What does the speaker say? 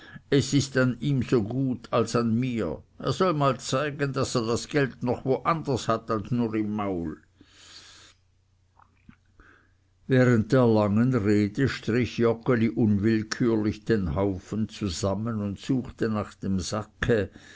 es ist an ihm so gut als an mir er soll mal zeigen daß er geld noch wo anders hat als nur im maul während der langen rede strich joggeli unwillkürlich den haufen zusammen und suchte nach dem sacke